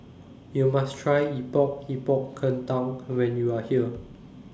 YOU must Try Epok Epok Kentang when YOU Are here